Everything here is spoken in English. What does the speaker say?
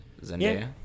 Zendaya